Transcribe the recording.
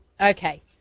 Okay